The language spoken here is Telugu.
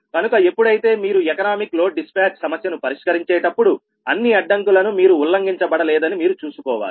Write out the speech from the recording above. కనుక ఎప్పుడైతే మీరు ఎకనామిక్ లోడ్ డిస్పాచ్ సమస్యను పరిష్కరించేటప్పుడు అన్ని అడ్డంకులను మీరు ఉల్లంఘించడబడలేదని మీరు చూసుకోవాలి